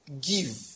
give